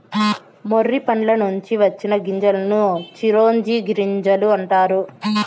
మొర్రి పండ్ల నుంచి వచ్చిన గింజలను చిరోంజి గింజలు అంటారు